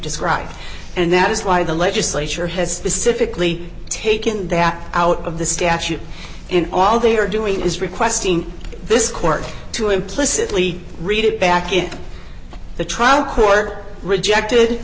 described and that is why the legislature has specifically taken that out of the statute in all they are doing is requesting this court to implicitly read it back in the trial court rejected